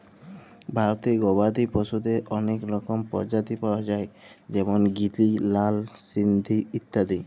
ভারতে গবাদি পশুদের অলেক রকমের প্রজাতি পায়া যায় যেমল গিরি, লাল সিন্ধি ইত্যাদি